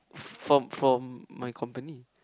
from from my company